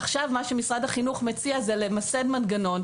מה שמשרד החינוך מציע זה למסד מנגנון,